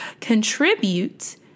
contribute